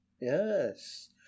yes